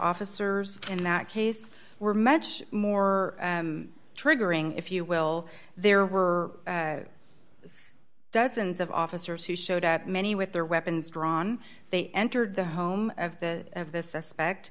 officers in that case were much more triggering if you will there were dozens of officers who showed up many with their weapons drawn they entered the home of the of the suspect